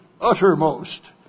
uttermost